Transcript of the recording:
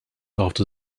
after